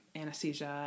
anesthesia